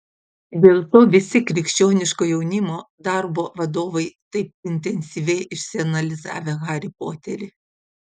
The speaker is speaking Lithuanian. dėl to visi krikščioniško jaunimo darbo vadovai taip intensyviai išsianalizavę harį poterį